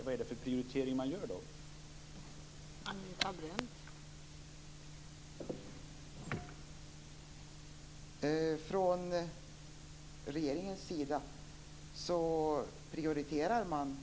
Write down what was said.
Vilken prioritering gör Socialdemokraterna?